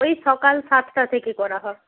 ওই সকাল সাতটা থেকে করা হয়